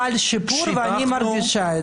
בהחלט חל שיפור ואני מרגישה את זה.